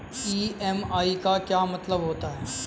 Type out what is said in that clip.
EMI का क्या मतलब होता है?